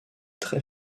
très